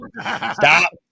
Stop